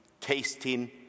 tasting